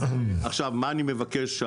מה אני מבקש?